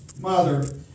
mother